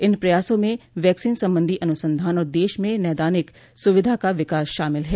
इन प्रयासों में वैक्सीन संबंधी अनुसंधान और देश में नैदानिक सुविधा का विकास शामिल है